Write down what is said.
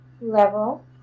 level